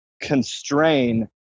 constrain